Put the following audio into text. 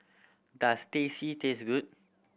does Teh C taste good